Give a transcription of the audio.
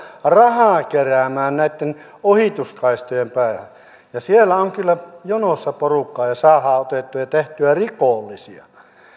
rahaa keräämään näitten ohituskaistojen päähän siellä on kyllä jonossa porukkaa ja saadaan otettua kiinni ja tehtyä rikollisia